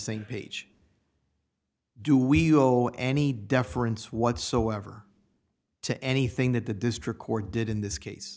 same page do we know any difference whatsoever to anything that the district court did in this case